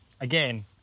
Again